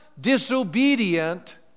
disobedient